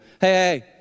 hey